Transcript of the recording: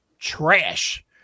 trash